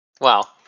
Wow